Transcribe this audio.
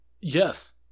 Yes